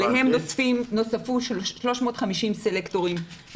אליהן נוספו 350 סלקטורים,